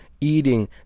eating